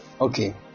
Okay